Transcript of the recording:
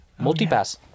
Multipass